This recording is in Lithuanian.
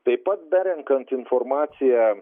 taip pat berenkant informaciją